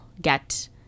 get